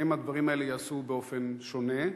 האם הדברים האלה ייעשו באופן שונה?